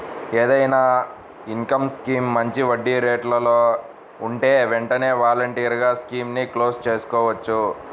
ఏదైనా income scheme మంచి వడ్డీరేట్లలో ఉంటే వెంటనే వాలంటరీగా స్కీముని క్లోజ్ చేసుకోవచ్చు